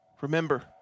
Remember